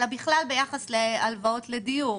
אלא בכלל ביחס להלוואות לדיור.